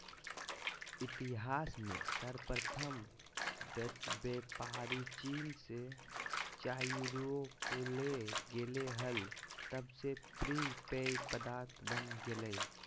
इतिहास में सर्वप्रथम डचव्यापारीचीन से चाययूरोपले गेले हल तब से प्रिय पेय पदार्थ बन गेलय